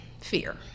fear